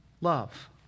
love